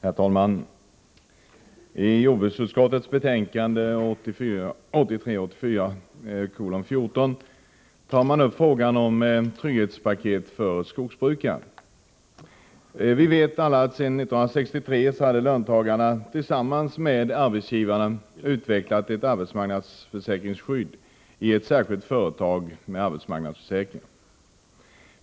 Herr talman! I jordbruksutskottets betänkande 14 tar man upp frågan om trygghetspaket för skogsbrukare. Vi vet alla att löntagarna sedan 1963 tillsammans med arbetsgivarna har utvecklat ett arbetsmarknadsförsäkringsskydd, som administreras av ett särskilt företag, AMF.